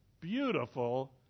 beautiful